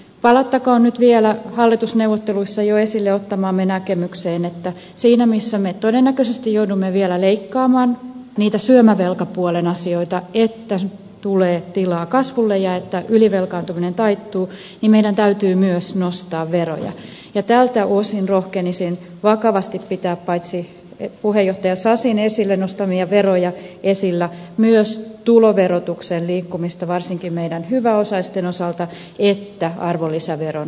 palattakoon nyt vielä hallitusneuvotteluissa jo esille ottamaamme näkemykseen että siinä missä me todennäköisesti joudumme vielä leikkaamaan niitä syömävelkapuolen asioita jotta tulee tilaa kasvulle ja että ylivelkaantuminen taittuu niin meidän täytyy myös nostaa veroja ja tältä osin rohkenisin vakavasti pitää esillä paitsi puheenjohtaja sasin esille nostamia veroja myös tuloverotuksen liikkumista varsinkin meidän hyväosaisten osalta sekä arvonlisäveron nostamista